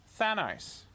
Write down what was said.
Thanos